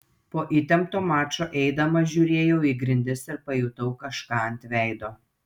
po įtempto mačo eidamas žiūrėjau į grindis ir pajutau kažką ant veido